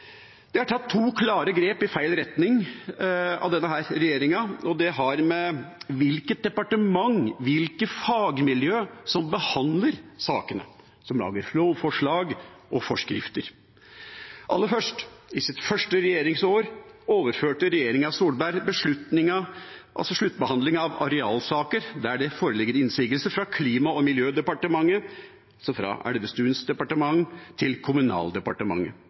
har tatt to klare grep i feil retning, og det har å gjøre med hvilke departementer, hvilke fagmiljøer, som behandler sakene – som lager lovforslag og forskrifter. Aller først – i sitt første regjeringsår – overførte regjeringa Solberg sluttbehandling av arealsaker der det foreligger innsigelse, fra Klima- og miljødepartementet, altså fra Elvestuens departement, til Kommunaldepartementet